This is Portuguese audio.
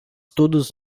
todos